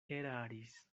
eraris